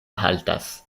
haltas